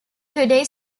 today